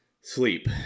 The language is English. Sleep